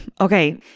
Okay